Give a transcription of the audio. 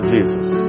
Jesus